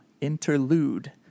interlude